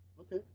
Okay